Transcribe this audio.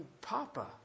Papa